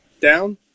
down